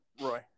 Roy